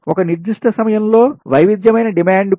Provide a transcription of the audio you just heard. ఒక నిర్దిష్ట సమయంలో వైవిధ్యమైన డిమాండ్కు